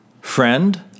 Friend